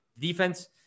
Defense